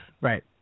Right